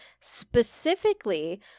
specifically